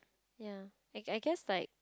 ya I I guess like